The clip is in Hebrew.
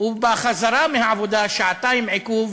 ובחזרה מהעבודה, שעתיים עיכוב.